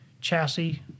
chassis